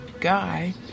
guy